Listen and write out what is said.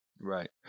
Right